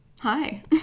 Hi